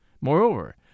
Moreover